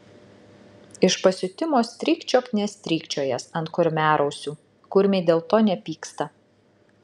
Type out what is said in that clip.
iš pasiutimo strykčiok nestrykčiojęs ant kurmiarausių kurmiai dėl to nepyksta